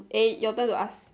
eh your turn to ask